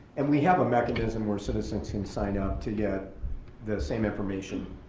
and we have a mechanism where citizens can sign up to get the same information,